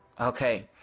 Okay